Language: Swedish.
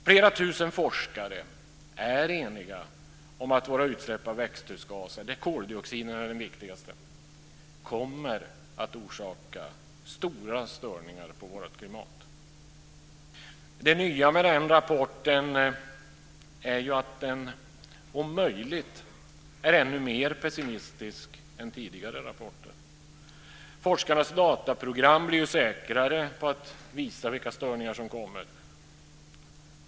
Flera tusen forskare är eniga om att våra utsläpp av växthusgaser, där koldioxid är den viktigaste, kommer att orsaka stora störningar på vårt klimat. Det nya med den här rapporten är att den om möjligt är ännu mer pessimistisk än tidigare rapporter. Forskarnas dataprogram blir säkrare på att visa vilka störningar som kommer.